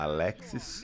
Alexis